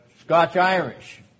Scotch-Irish